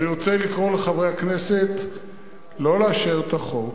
אני רוצה לקרוא לחברי הכנסת לא לאשר את החוק,